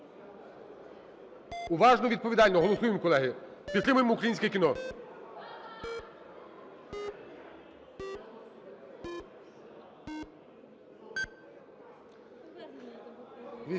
Уважно і відповідально, голосуємо, колеги, підтримаємо українське кіно.